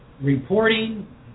reporting